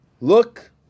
Look